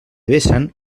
besan